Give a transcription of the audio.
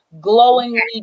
glowingly